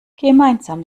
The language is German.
gemeinsam